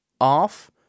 off